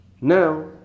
Now